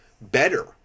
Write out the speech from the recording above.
better